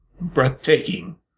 breathtaking